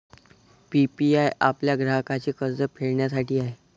PPI आपल्या ग्राहकांचे कर्ज फेडण्यासाठी आहे